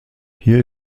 hier